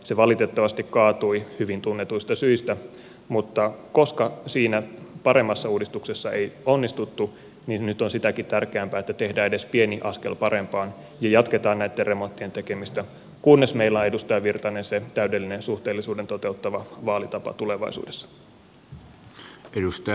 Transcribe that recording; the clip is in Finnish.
se valitettavasti kaatui hyvin tunnetuista syistä mutta koska siinä paremmassa uudistuksessa ei onnistuttu niin nyt on sitäkin tärkeämpää että tehdään edes pieni askel parempaan ja jatketaan näitten remonttien tekemistä kunnes meillä on edustaja virtanen se täydellinen suhteellisuuden toteuttava vaalitapa tulevaisuudessa